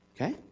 Okay